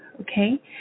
Okay